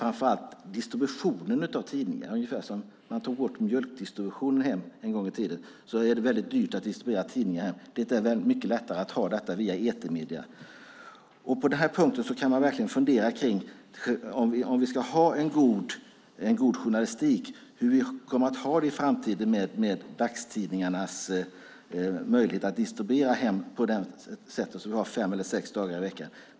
Framför allt är distributionen av tidningarna hem väldigt dyr - ungefär som när man tog bort mjölkdistributionen en gång i tiden. Det är mycket lättare att ha detta via etermedier. På den här punkten kan man verkligen fundera, om vi ska ha en god journalistik i framtiden: Hur kommer möjligheterna att distribuera dagstidningar fem eller sex dagar i veckan att vara?